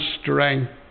strength